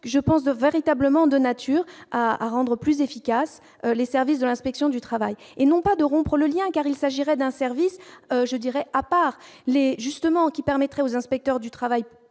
je pense de véritablement de nature à à rendre plus efficace, les services de l'inspection du travail et non pas de rompre le lien car il s'agirait d'un service, je dirais, à part les justement qui permettrait aux inspecteurs du travail